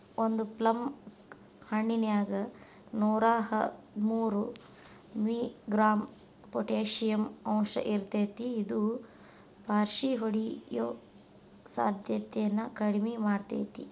ಒಂದು ಪ್ಲಮ್ ಹಣ್ಣಿನ್ಯಾಗ ನೂರಾಹದ್ಮೂರು ಮಿ.ಗ್ರಾಂ ಪೊಟಾಷಿಯಂ ಅಂಶಇರ್ತೇತಿ ಇದು ಪಾರ್ಷಿಹೊಡಿಯೋ ಸಾಧ್ಯತೆನ ಕಡಿಮಿ ಮಾಡ್ತೆತಿ